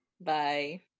Bye